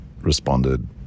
responded